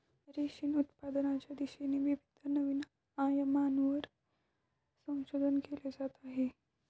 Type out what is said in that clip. रेशीम उत्पादनाच्या दिशेने विविध नवीन आयामांवर संशोधन केले जात आहे